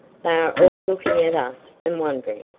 they are all looking at us and wondering.